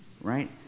right